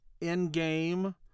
Endgame